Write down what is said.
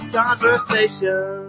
conversation